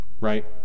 right